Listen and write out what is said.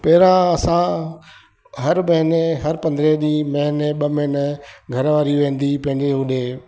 पहिरियां असां हर महिने हर पंदरहें ॾींहुं महिने ॿ महिने घर वारी वेंदी हुई पंहिंजे होॾे माइके